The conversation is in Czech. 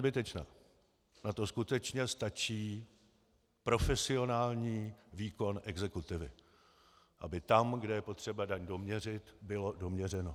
Na to skutečně stačí profesionální výkon exekutivy, aby tam, kde je potřeba daň doměřit, bylo doměřeno.